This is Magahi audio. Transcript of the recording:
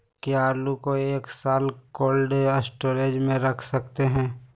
क्या आलू को एक साल कोल्ड स्टोरेज में रख सकते हैं?